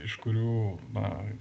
iš kurių na